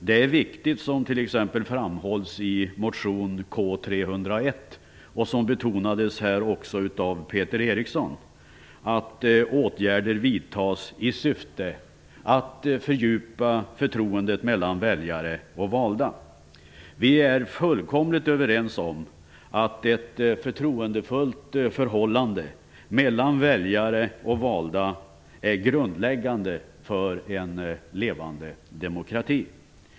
Det är viktigt att åtgärder vidtas i syfte att fördjupa förtroendet mellan väljare och valda, vilket framhålls i motion K301 och också betonades av Peter Eriksson i hans anförande. Vi är fullkomligt överens om att ett förtroendefullt förhållande mellan väljare och valda är grundläggande för en levande demokrati.